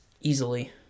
easily